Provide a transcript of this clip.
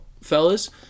fellas